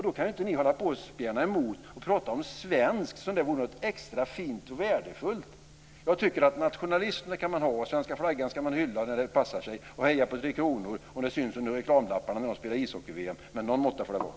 Då kan inte ni hålla på och spjärna emot och prata om det svenska som om det vore något extra fint och värdefullt. Nationalism det kan man ha, svenska flaggan ska man hylla när det passar sig och man kan heja på Tre kronor om kronorna syns under reklamlapparna när de spelar ishockey-VM. Men någon måtta får det vara.